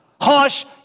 Hush